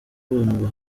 abantu